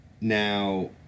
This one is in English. Now